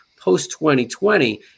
post-2020